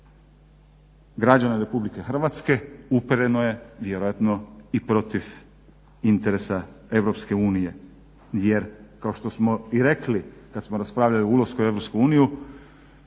građana RH upereno je vjerojatno i protiv interesa EU. Jer kao što smo i rekli kad smo raspravljali o ulasku u EU, EU nije